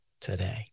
today